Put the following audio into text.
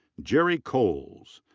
jerry cowles.